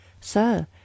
Sir